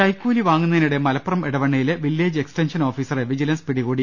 കൈക്കൂലി വാങ്ങുന്നതിനിടെ മലപ്പുറം എടവണ്ണയിലെ വില്ലേജ് എക്സ്റ്റൻഷൻ ഓഫീസറെ വിജിലൻസ് പിടികൂടി